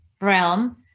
realm